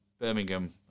Birmingham